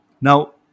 Now